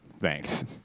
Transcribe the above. Thanks